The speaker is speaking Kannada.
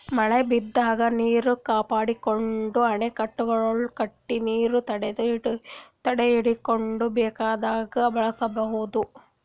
ಮಳಿ ಬಂದಿದ್ದ್ ನೀರ್ ಕಾಪಾಡ್ಕೊಳಕ್ಕ್ ಅಣೆಕಟ್ಟೆಗಳ್ ಕಟ್ಟಿ ನೀರ್ ತಡೆಹಿಡ್ಕೊಂಡ್ ಬೇಕಾದಾಗ್ ಬಳಸ್ಕೋಬಹುದ್